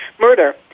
murder